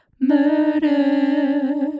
murder